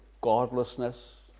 godlessness